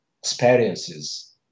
experiences